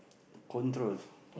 control